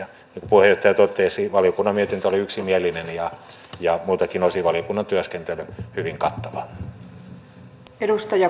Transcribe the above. niin kuin puheenjohtaja totesi valiokunnan mietintö oli yksimielinen ja muiltakin osin valiokunnan työskentely hyvin kattavaa